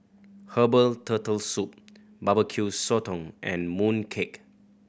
herbal Turtle Soup Barbecue Sotong and mooncake